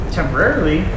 temporarily